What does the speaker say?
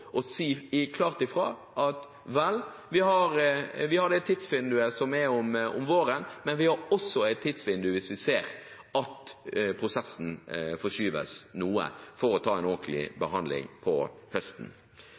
å si klart ifra: Vel, vi har tidsvinduet om våren, men vi har også et tidsvindu om høsten til å ta en ordentlig behandling hvis vi ser at prosessen forskyves noe. Det er den ene siden av saken, som jeg mener er viktig å understreke. En